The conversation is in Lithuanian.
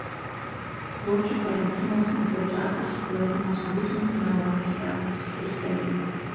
plaučių parenchimos infiltratas laikomas būtinu pneumonijos diagnozės kriterijumi